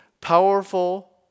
powerful